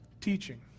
teaching